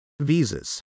Visas